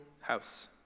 house